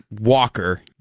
Walker